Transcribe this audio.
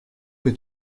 que